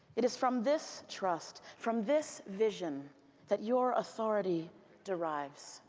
it is from this trust, from this vision that your authority derives.